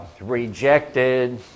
rejected